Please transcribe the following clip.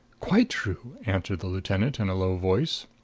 quite true, answered the lieutenant in a low voice.